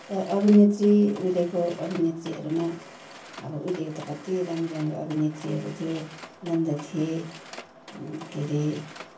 त अभिनेत्री उहिलेको अभिनेत्रीहरूमा अब उहिले त कति राम्री राम्री अभिनेत्रीहरू थियो नन्द थिए के हरे